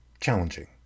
challenging